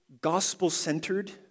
gospel-centered